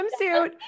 swimsuit